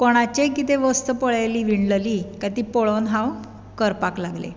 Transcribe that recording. कोणाचीय कितें वस्त पळयली विणलली काय ती पळोवन हांव करपाक लागलें